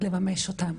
לממש אותם,